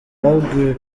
babwiwe